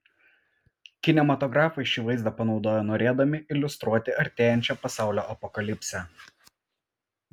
kinematografai šį vaizdą panaudojo norėdami iliustruoti artėjančią pasaulio apokalipsę